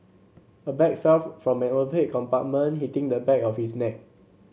a bag fell from an overhead compartment hitting the back of his neck